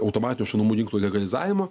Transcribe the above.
automatinių šaunamųjų ginklų legalizavimo